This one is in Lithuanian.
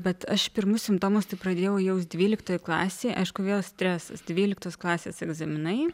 bet aš pirmus simptomus tai pradėjau jaust dvyliktoj klasėj aišku vėl stresas dvyliktos klasės egzaminai